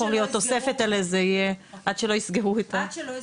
להיות תוספת אלא זה יהיה עד שלא יסגרו מיטות